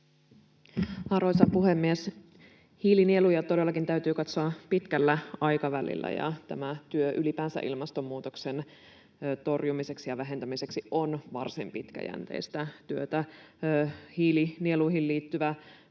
Arvoisa puhemies! Hiilinieluja todellakin täytyy katsoa pitkällä aikavälillä, ja tämä työ ylipäänsä ilmastonmuutoksen torjumiseksi ja vähentämiseksi on varsin pitkäjänteistä työtä. Hiilinieluihin liittyvää